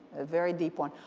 a very deep one.